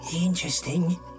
interesting